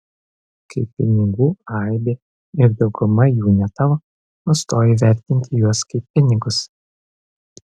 kai pinigų aibė ir dauguma jų ne tavo nustoji vertinti juos kaip pinigus